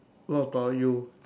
what about you